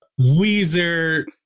Weezer